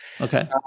Okay